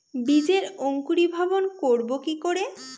বীজের অঙ্কুরিভবন করব কি করে?